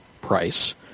price